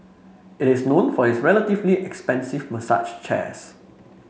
it is known for its relatively expensive massage chairs